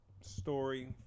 story